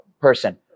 person